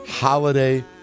Holiday